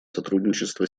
сотрудничество